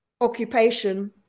occupation